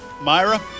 Myra